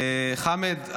חמד,